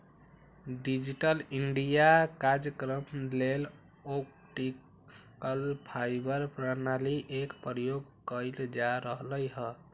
digital India काजक्रम लेल optical fibre प्रणाली एक प्रयोग कएल जा रहल हइ